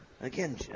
Again